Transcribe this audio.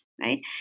right